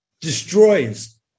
destroys